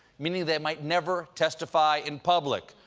meaning they might never testify in public.